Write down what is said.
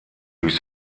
durch